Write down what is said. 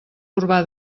urbà